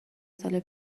سال